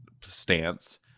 stance